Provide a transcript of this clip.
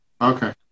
Okay